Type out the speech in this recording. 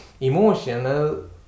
emotional